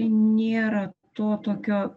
nėra to tokio